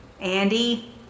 Andy